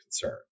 concern